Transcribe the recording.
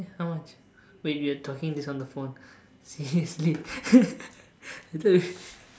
how much wait we are talking this on the phone seriously